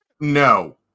no